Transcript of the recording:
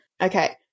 Okay